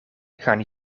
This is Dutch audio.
gaan